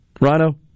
Rhino